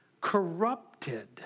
corrupted